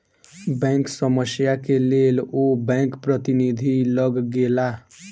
bank समस्या के लेल ओ बैंक प्रतिनिधि लग गेला